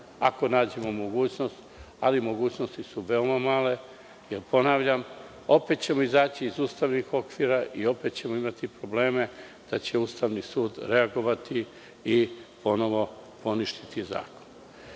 ako nađemo mogućnost, ali mogućnosti su veoma male, jer, ponavljam, opet ćemo izaći iz ustavnih okvira i opet ćemo imati probleme da će Ustavni sud reagovati i ponovo poništiti zakon. Prema